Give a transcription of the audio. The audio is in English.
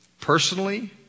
personally